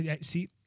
See